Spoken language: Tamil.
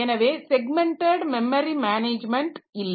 எனவே ஸெக்மெண்ட்டட் மெமரி மேனேஜ்மென்ட் இல்லை